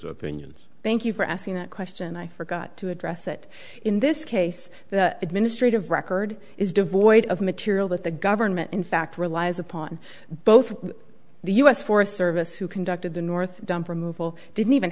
opinion thank you for asking that question i forgot to address it in this case the administrative record is devoid of material that the government in fact relies upon both the u s forest service who conducted the north dump removal didn't even